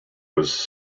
was